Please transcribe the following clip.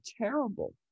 terrible